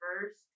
first